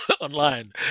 online